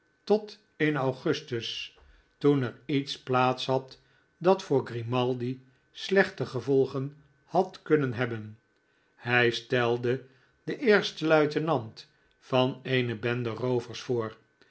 tot in augustus toen er iets plaats had dat voor grimaldi slechte gevolgen had kunnen hebben hij stelde den eersten luitenant van eene bende roovers voor